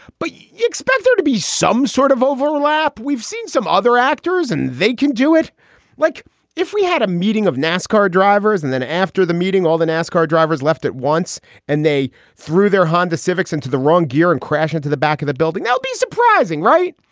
but yeah expect there to be some sort of overlap. we've seen some other actors and they can do it like if we had a meeting of nascar drivers and then after the meeting, all the nascar drivers left at once and they threw their honda civics into the wrong gear and crashed into the back of the building. that'll be surprising, right?